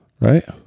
Right